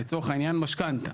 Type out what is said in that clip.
לצורך העניין, משכנתא.